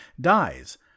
dies